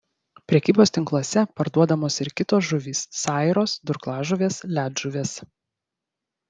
prekybos tinkluose parduodamos ir kitos žuvys sairos durklažuvės ledžuvės